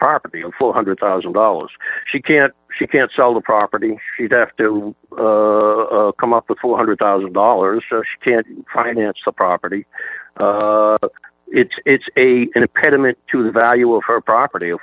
property in four hundred thousand dollars she can't she can't sell the property she'd have to come up with four hundred thousand dollars to finance the property it's a impediment to the value of her property